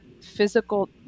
physical